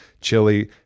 chili